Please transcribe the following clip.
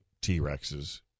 T-Rexes